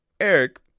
Eric